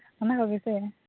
ᱚᱱᱟ ᱠᱚᱜᱮ ᱥᱮ